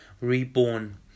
Reborn